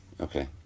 Okay